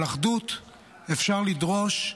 אחדות אפשר לדרוש,